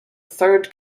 third